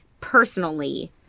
personally